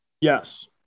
Yes